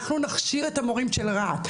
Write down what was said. אנחנו נכשיר את המורים של רהט.